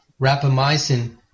rapamycin